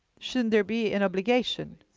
shouldn't there be an obligation?